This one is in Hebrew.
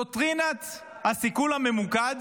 דוקטרינת הסיכול הממוקד